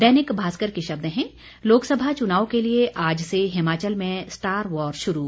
दैनिक भास्कर के शब्द हैं लोकसभा चुनाव के लिए आज से हिमाचल में स्टार वार शुरू